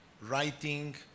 writing